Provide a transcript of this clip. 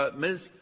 but ms.